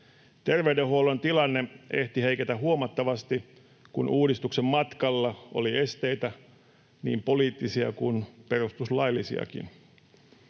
Terveydenhuollon tilanne ehti heiketä huomattavasti, kun uudistuksen matkalla oli esteitä, niin poliittisia kuin perustuslaillisiakin.